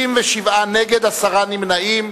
7, 57 נגד, עשרה נמנעים.